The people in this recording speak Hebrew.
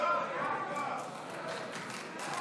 על כינון